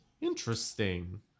Interesting